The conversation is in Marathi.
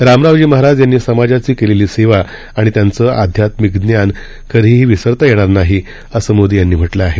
रामरावजी महाराज यांनी समाजाची केलेली सेवा आणि त्यांच आध्यात्मिक ज्ञान कधाही विसरता येणार नाही असं मोदी यांनी म्हटलं आहे